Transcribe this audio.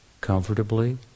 comfortably